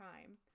time